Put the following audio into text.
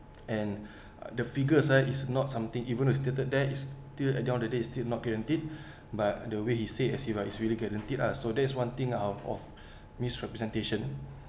and uh the figures uh is not something even though stated there is still uh down the date still not guaranteed but the way he said as if it's like really guaranteed lah so there's one thing ah of misrepresentation